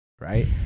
right